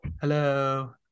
hello